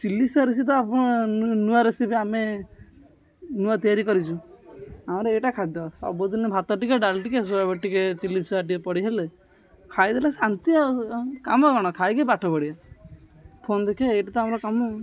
chilli ଆପଣ ନୂଆ recipe ଆମେ ନୂଆ ତିଆରି କରିଛୁ ଆମର ଏଇଟା ଖାଦ୍ୟ ସବୁଦିନ ଭାତ ଟିକେ ଡାଲି ଟିକେ ଟିକେ ଚିଲ୍ଲିି ସୋୟା ଟିକେ ପଡ଼ି ହେଲେ ଖାଇଦେଲେ ଶାନ୍ତି ଆଉ କାମ କ'ଣ ଖାଇକି ପାଠ ପଢ଼ିବା ଫୋନ ଦେଖିବା ଏଇଟା ତ ଆମର କାମ